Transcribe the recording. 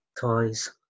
toys